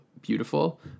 beautiful